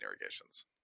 irrigations